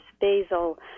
basil